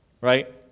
Right